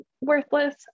worthless